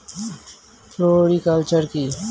Floriculture কি?